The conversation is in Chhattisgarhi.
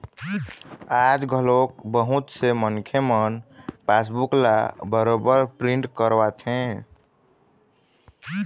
आज घलोक बहुत से मनखे मन पासबूक ल बरोबर प्रिंट करवाथे